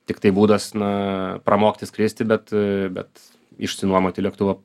tiktai būdas na pramokti skristi bet bet išsinuomoti lėktuvą